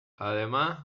además